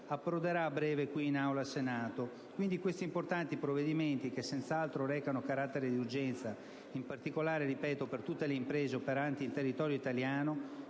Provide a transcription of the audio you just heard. approderà a breve in Aula qui al Senato. Quindi, questi importanti provvedimenti che senz'altro recano carattere di urgenza in particolare per tutte le imprese operanti in territorio italiano,